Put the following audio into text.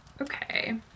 Okay